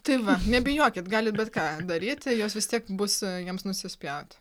tai va nebijokit galit bet ką daryti jos vis tiek bus jiems nusispjaut